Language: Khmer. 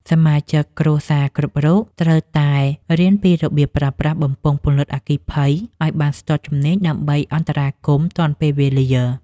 សមាជិកគ្រួសារគ្រប់រូបត្រូវតែរៀនពីរបៀបប្រើប្រាស់បំពង់ពន្លត់អគ្គិភ័យឱ្យបានស្ទាត់ជំនាញដើម្បីអន្តរាគមន៍ទាន់ពេលវេលា។